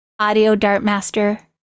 audiodartmaster